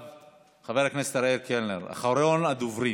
אחריו, חבר הכנסת אריאל קלנר, אחרון הדוברים.